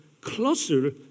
closer